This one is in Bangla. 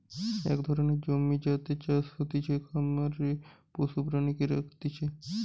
এক ধরণের জমি যাতে চাষ হতিছে, খামারে পশু প্রাণীকে রাখতিছে